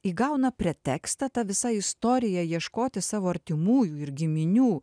įgauna pretekstą ta visa istorija ieškoti savo artimųjų ir giminių